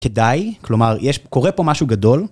כדאי, כלומר, יש, קורה פה משהו גדול.